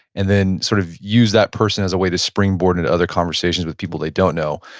and then sort of use that person as a way to springboard into other conversations with people they don't know.